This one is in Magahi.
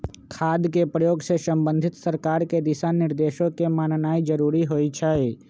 खाद के प्रयोग से संबंधित सरकार के दिशा निर्देशों के माननाइ जरूरी होइ छइ